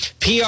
PR